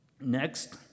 Next